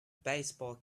baseball